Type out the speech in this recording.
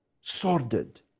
sordid